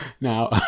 Now